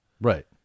Right